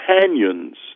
companions